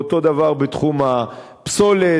ואותו דבר בתחום הפסולת,